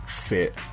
fit